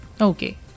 Okay